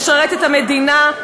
לשרת את המדינה,